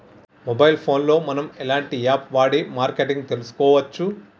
Mobile phone లో మనం ఎలాంటి యాప్ వాడి మార్కెటింగ్ తెలుసుకోవచ్చు?